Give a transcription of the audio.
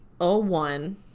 01